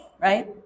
right